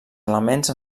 elements